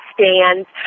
stands